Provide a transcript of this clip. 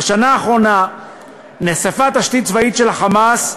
בשנה האחרונה נחשפה תשתית צבאית של ה"חמאס"